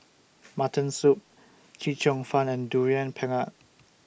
Mutton Soup Chee Cheong Fun and Durian Pengat